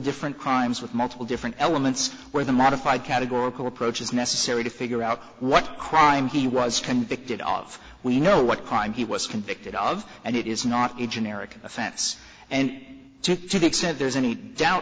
different crimes with multiple different elements where the modified categorical approach is necessary to figure out what crime he was convicted of we know what crime he was convicted of and it is not a generic offense and took to the extent there's any doubt